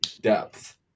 depth